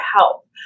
help